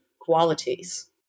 qualities